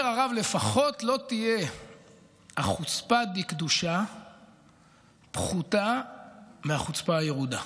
אומר הרב: לפחות לא תהיה החוצפה דקדושה פחותה מהחוצפה הירודה.